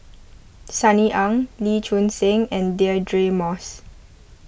Sunny Ang Lee Choon Seng and Deirdre Moss